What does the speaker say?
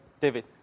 David